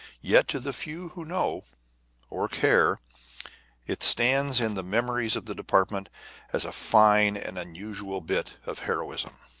yet to the few who know or care it stands in the memories of the department as a fine and unusual bit of heroism.